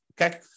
Okay